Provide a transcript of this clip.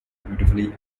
beautifully